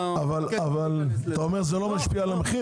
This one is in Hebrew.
אתה אומר שזה לא משפיע על המחיר?